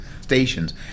stations